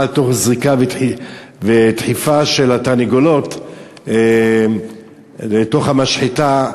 תוך זריקה ודחיפה של התרנגולות לתוך המשחטה,